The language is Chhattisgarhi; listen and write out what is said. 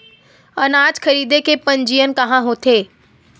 अनाज खरीदे के पंजीयन कहां होथे?